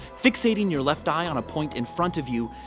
fixating your left eye on a point in front of you,